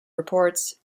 reports